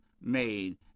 Made